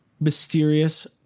mysterious